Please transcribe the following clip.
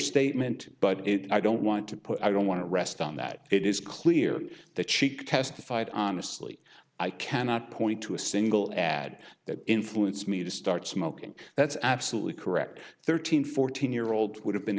overstatement but i don't want to put i don't want to rest on that it is clear that cheek testified honestly i cannot point to a single ad that influenced me to start smoking that's absolutely correct or two hundred fourteen year old would have been